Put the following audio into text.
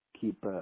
keep